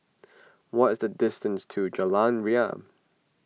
what is the distance to Jalan Ria